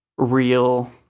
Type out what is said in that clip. real